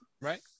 Right